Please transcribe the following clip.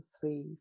three